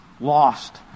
lost